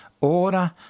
order